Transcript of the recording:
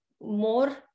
more